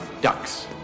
ducks